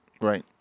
Right